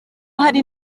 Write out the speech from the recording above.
hari